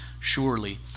surely